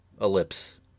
ellipse